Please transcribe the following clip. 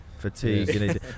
fatigue